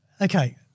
Okay